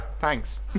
Thanks